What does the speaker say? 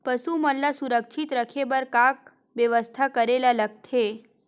पशु मन ल सुरक्षित रखे बर का बेवस्था करेला लगथे?